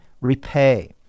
repay